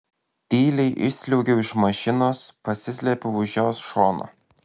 tyliai išsliuogiau iš mašinos pasislėpiau už jos šono